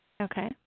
Okay